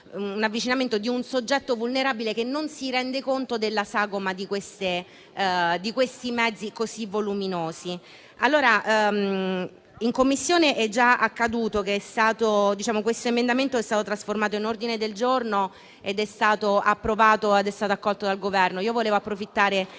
di avvicinamento di un soggetto vulnerabile, che non si rende conto della sagoma di questi mezzi così voluminosi. In Commissione questo emendamento è stato trasformato in ordine del giorno ed è stato accolto dal Governo. Io volevo approfittare